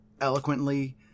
eloquently